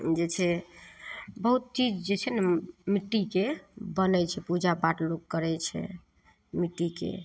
जे छै बहुत चीज जे छै ने मिट्टीके बनै छै पूजा पाठ लोक करै छै मिट्टीके